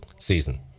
season